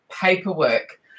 paperwork